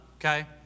okay